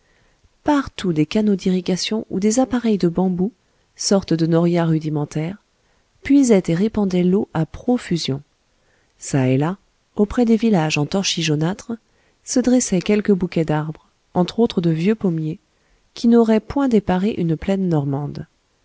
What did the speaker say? partout des canaux d'irrigation ou des appareils de bambous sortes de norias rudimentaires puisaient et répandaient l'eau à profusion çà et là auprès des villages en torchis jaunâtre se dressaient quelques bouquets d'arbres entre autres de vieux pommiers qui n'auraient point déparé une plaine normande